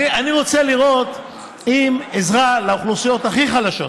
אני רוצה לראות אם עזרה לאוכלוסיות הכי חלשות,